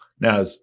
Now